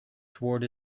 toward